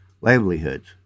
livelihoods